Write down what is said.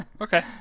Okay